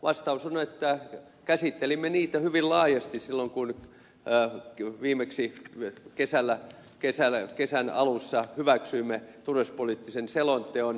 vastaus on että käsittelimme niitä hyvin laajasti silloin kun viimeksi kesällä kesän alussa hyväksyimme turvallisuus ja puolustuspoliittisen selonteon